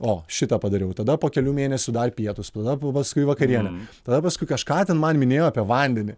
o šitą padariau tada po kelių mėnesių dar pietūs tada ba paskui vakarienė tada paskui kažką ten man minėjo apie vandenį